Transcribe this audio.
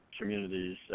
communities